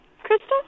Crystal